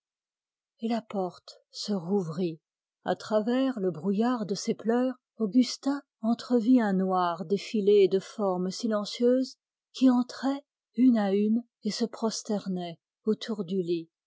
et la porte se rouvrit à travers le brouillard de ses pleurs augustin entrevit un noir défilé de formes silencieuses qui entraient une à une et se prosternaient autour du lit